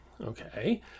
okay